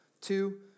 Two